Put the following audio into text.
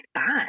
fine